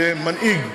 כמנהיג,